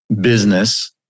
business